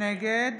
נגד